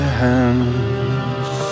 hands